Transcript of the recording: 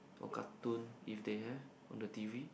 or cartoon if they have on the T_V